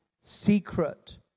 secret